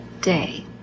day